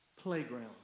playground